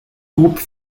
groupe